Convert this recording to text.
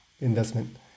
investment